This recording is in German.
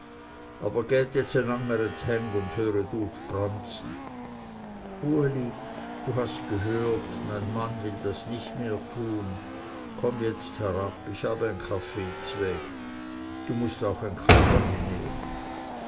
dhäng und höret uf branzen uli du hast gehört mein mann will das nicht mehr tun und komm jetzt herab ich habe ein kaffee zweg du mußt auch ein kacheli nehmen